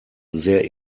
sehr